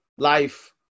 life